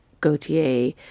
Gautier